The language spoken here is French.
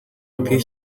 marquée